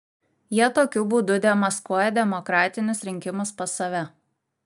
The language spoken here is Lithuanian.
jie tokiu būdu demaskuoja demokratinius rinkimus pas save